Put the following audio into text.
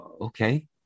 Okay